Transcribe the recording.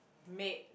make